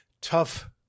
tough